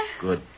Good